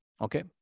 okay